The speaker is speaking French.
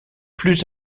plus